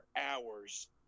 hours